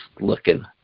looking